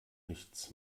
nichts